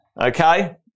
okay